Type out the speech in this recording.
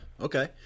Okay